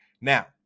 Now